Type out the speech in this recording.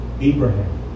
Abraham